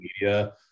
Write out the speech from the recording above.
media